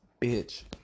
bitch